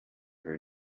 her